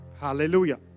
Hallelujah